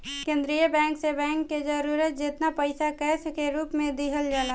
केंद्रीय बैंक से बैंक के जरूरत जेतना पईसा कैश के रूप में दिहल जाला